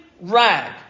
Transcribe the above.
rag